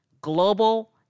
global